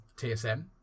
TSM